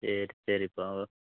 சரி சரிப்பா